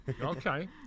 Okay